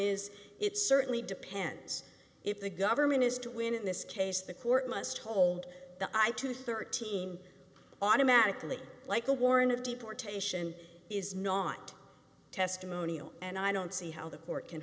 is it certainly depends if the government is to win in this case the court must hold the eye to thirteen automatically like a warrant of deportation is not testimonial and i don't see how the court can